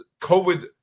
COVID